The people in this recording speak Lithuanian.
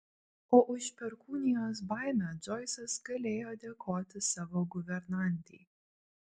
o už perkūnijos baimę džoisas galėjo dėkoti savo guvernantei